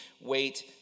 wait